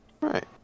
Right